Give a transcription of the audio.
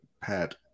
Pat